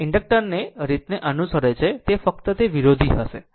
inductor ને રીતને અનુસરે છે ફક્ત તે વિરોધી હશે